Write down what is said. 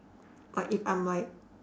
like if I'm like